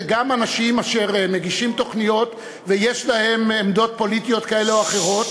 גם אנשים אשר מגישים תוכניות ויש להם עמדות פוליטיות כאלה או אחרות,